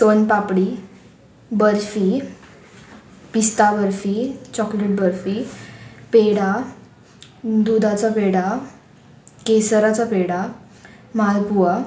सोन पापडी बर्फी पिस्ता बर्फी चॉकलेट बर्फी पेडा दुदाचो पेडा केसराचो पेडा मालपुआ